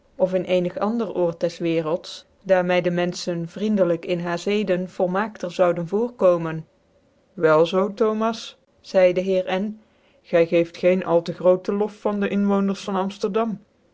of in cenig ander oord des waarclds daar my dc menfchen vricndclyk in haar zeden volmaakter zoude voorkomen wel zoo thomas reide dc heer n gy geeft geen al te grootc lof van de inwoonden